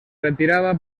retiraba